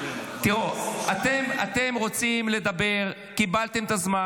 תראו, אתם רוצים לדבר, קיבלתם את הזמן.